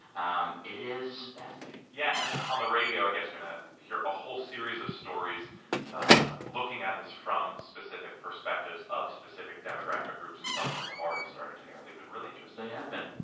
um it is fascinating yeah, and on the radio, i guess we're going to hear a whole series of stories ah looking at this from specific perspectives of specific demographic groups, and some of them have already started to air. they've been really interesting they have been.